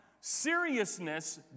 seriousness